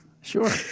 Sure